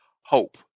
hope